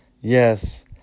Yes